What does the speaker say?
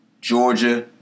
Georgia